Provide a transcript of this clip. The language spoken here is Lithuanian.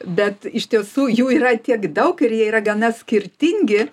bet iš tiesų jų yra tiek daug ir jie yra gana skirtingi